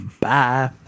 Bye